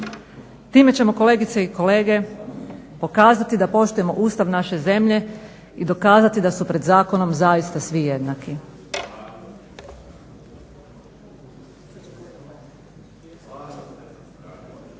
Time ćemo kolegice i kolege pokazati da poštujemo Ustav naše zemlje i dokazati da su pred zakonom zaista svi jednaki. **Kolman,